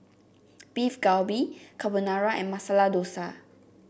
Beef Galbi Carbonara and Masala Dosa